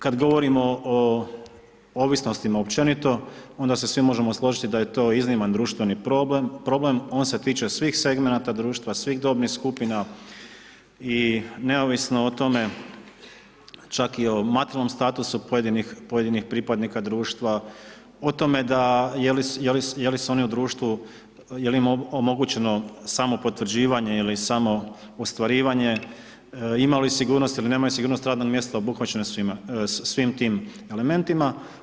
Kad govorimo o ovisnostima općenito, onda se svi možemo složiti da je to izniman društveni problem, on se tiče svih segmenata društva, svih dobnih skupina i neovisno o tome, čak i o materijalnom statusu pojedinih pripadnika društva, o tome da, je li se oni u društvu, jel im omogućeno samopotvrđivanje ili samoostvarivanje, ima li sigurnost ili nemaju sigurnost na radnom mjesto, obuhvaćeno je svime, svim tim elementima.